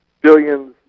billions